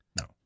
No